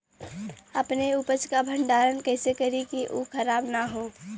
अपने उपज क भंडारन कइसे करीं कि उ खराब न हो?